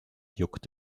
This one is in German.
juckt